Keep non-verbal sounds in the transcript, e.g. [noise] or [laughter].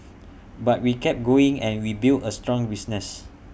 [noise] but we kept going and we built A strong business